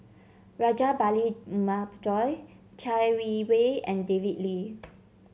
Rajabali Jumabhoy Chai Yee Wei and David Lee